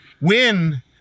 win